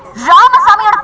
ramasammy